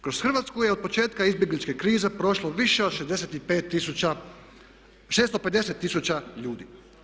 Kroz Hrvatsku je od početka izbjegličke krize prošlo više od 650 tisuća ljudi.